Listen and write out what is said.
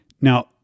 Now